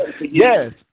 Yes